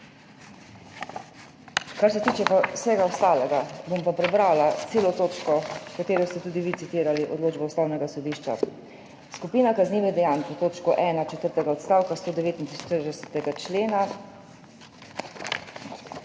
Kar se tiče vsega ostalega, bom pa prebrala celo točko, ki ste jo tudi vi citirali iz odločbe Ustavnega sodišča: »Skupina kaznivih dejanj pod točko 1 četrtega odstavka 149.a člena